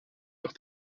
leur